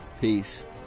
peace